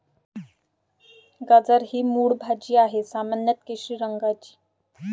गाजर ही मूळ भाजी आहे, सामान्यत केशरी रंगाची